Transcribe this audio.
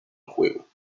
juego